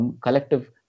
collective